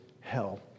hell